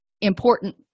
important